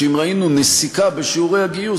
שאם ראינו נסיקה בשיעורי הגיוס,